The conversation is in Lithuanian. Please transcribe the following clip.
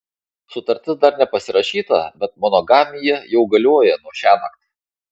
sutartis dar nepasirašyta bet monogamija jau galioja nuo šiąnakt